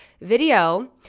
video